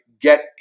get